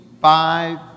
five